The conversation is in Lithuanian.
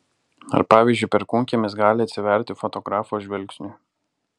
ar pavyzdžiui perkūnkiemis gali atsiverti fotografo žvilgsniui